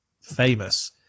famous